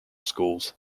schools